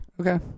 Okay